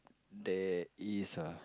there is ah